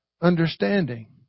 understanding